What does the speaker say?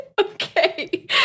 Okay